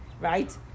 right